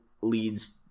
leads